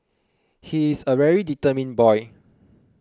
he is a very determined boy